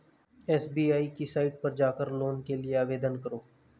SBI की site पर जाकर लोन के लिए आवेदन करो